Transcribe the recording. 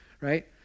right